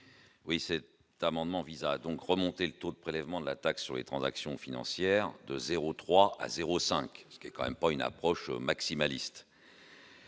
Oui, cette amendement visant à donc remonter le taux de prélèvement de la taxe sur les transactions financières de 0 3 à 0 5 ce qui est quand même pas une approche maximaliste.